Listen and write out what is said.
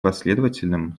последовательным